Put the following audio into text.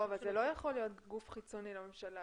אבל זה לא יכול להיות גוף חיצוני לממשלה,